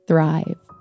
Thrive